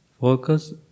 focus